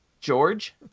George